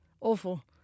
Awful